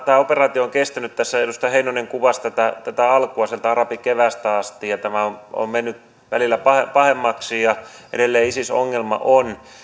tämä operaatio on nyt kestänyt tässä edustaja heinonen kuvasi tätä tätä alkua sieltä arabikeväästä asti ja tämä on mennyt välillä pahemmaksi edelleen isis ongelma on